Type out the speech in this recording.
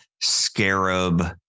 Scarab